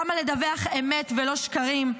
למה לדווח אמת ולא שקרים?